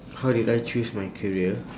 how did I choose my career